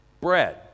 bread